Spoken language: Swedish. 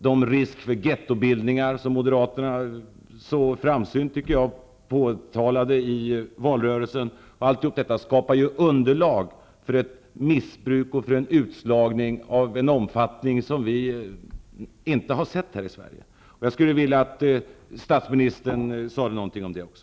Det finns risk för att de gettobildningar som Moderaterna så framsynt påtalade i valrörelsen uppstår. Allt detta skapar underlag för ett missbruk och en utslagning av en omfattning som vi inte har sett här i Sverige. Jag skulle vilja att statsministern sade någonting om det också.